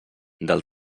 del